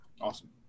Awesome